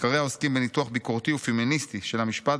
מחקריה עוסקים בניתוח ביקורתי ופמיניסטי של המשפט,